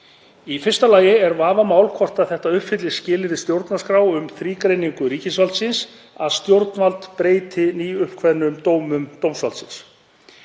Í fyrsta lagi er vafamál hvort þetta uppfylli skilyrði stjórnarskrár um þrígreiningu ríkisvaldsins, að stjórnvald breyti nýuppkveðnum dómum dómsvaldsins.